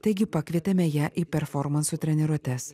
taigi pakvietėme ją į performansų treniruotes